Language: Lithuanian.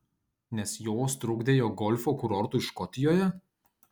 nes jos trukdė jo golfo kurortui škotijoje